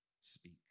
speak